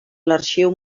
l’arxiu